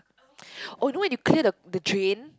oh you know when you clear the the drain